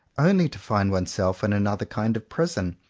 only to find oneself in another kind of prison,